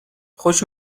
خوش